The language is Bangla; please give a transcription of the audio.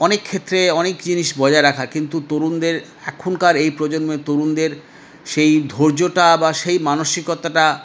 অনেক ক্ষেত্রে অনেক জিনিস বজায় রাখার কিন্তু তরুণদের এখনকার এই প্রজন্মের তরুণদের সেই ধৈর্যটা বা সেই মানসিকতাটা